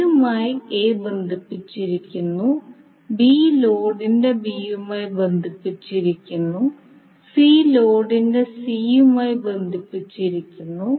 Aയുമായി A ബന്ധിപ്പിച്ചിരിക്കുന്നു B ലോഡിന്റെ B യുമായി ബന്ധിപ്പിച്ചിരിക്കുന്നു C ലോഡിന്റെ C യുമായി ബന്ധിപ്പിച്ചിരിക്കുന്നു